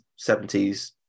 70s